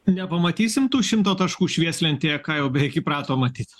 nepamatysim tų šimto taškų švieslentėje ką jau beveik įpratom matyt